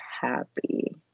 happy